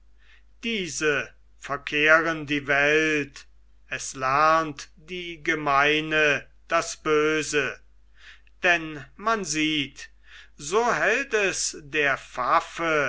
diese verkehren die welt es lernt die gemeine das böse denn man sieht so hält es der